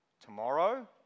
tomorrow